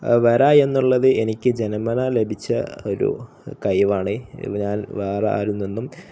വര എന്നുള്ളത് എനിക്ക് ജന്മന ലഭിച്ച ഒരു കഴിവാണ് ഞാൻ വേറെ ആരിൽ നിന്നും